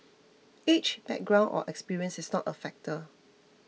age background or experiences is not a factor